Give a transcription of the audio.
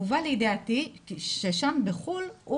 הובא לידיעתי ששם בחו"ל,